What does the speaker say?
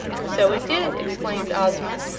so it did! exclaimed ozma.